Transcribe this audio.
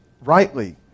rightly